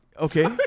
Okay